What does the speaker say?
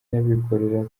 n’abikorera